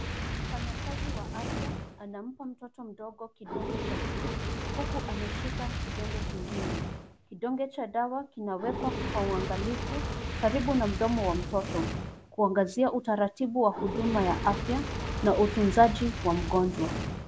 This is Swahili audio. Mfanyakazi wa afya anampa mtoto mdogo kidoge cha buluu uku ameshika kidoge kingine. Kidoge cha dawa kinawekwa kwa uangalifu karibu na mdomo wa mtoto kuangazia utaratibu wa huduma ya afya na utunzaji wa mgonjwa.